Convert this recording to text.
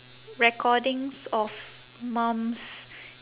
recordings of mum's